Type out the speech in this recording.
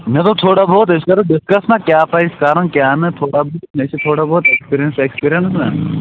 مےٚ دوٚپ تھوڑا بہت أسۍ کَرَو ڈِسکَس نا کیٛاہ پَزِ کَرُن کیٛاہ نہ تھوڑا بہت مےٚ چھِ تھوڑا بہت اٮ۪کٕسپیٖرَنٕس وٮ۪کٕسپیٖرنٕس نہ